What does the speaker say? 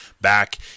back